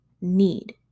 need